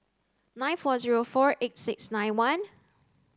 nine four zero four eight six nine one